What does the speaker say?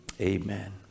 amen